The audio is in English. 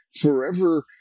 forever